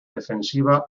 defensiva